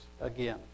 again